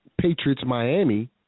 Patriots-Miami